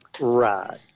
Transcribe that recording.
Right